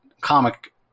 comic